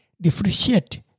differentiate